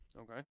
okay